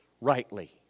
Rightly